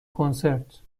کنسرت